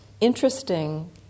interesting